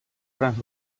grans